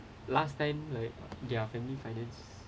last time like their family finance